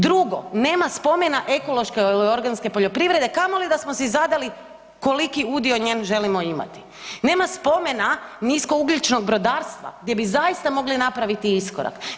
Drugo, nema spomena ekološke ili organske poljoprivredne kamoli da smo si zadali koliki udio njen želimo imati, nema spomena nisko ugljičnog brodarstva gdje bi zaista mogli napraviti iskorak.